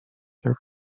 her